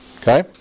Okay